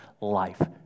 life